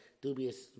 dubious